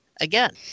again